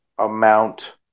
Amount